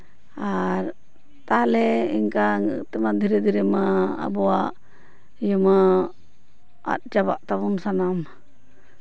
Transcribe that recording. ᱟᱨ ᱛᱟᱦᱞᱮ ᱤᱱᱠᱟᱹ ᱛᱮᱢᱚᱱ ᱫᱷᱤᱨᱮ ᱫᱷᱤᱨᱮ ᱢᱟ ᱟᱵᱚᱣᱟᱜ ᱤᱭᱟᱹ ᱢᱟ ᱟᱫ ᱪᱟᱵᱟᱜ ᱛᱟᱵᱚᱱ ᱥᱟᱱᱟᱢ